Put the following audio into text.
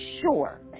sure